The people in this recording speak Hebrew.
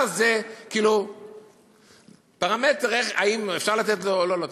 אלה הפרמטרים אם אפשר לתת לו או לא לתת.